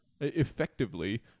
effectively